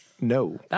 No